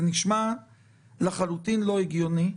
זה נשמע לחלוטין לא הגיוני.